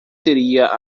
teria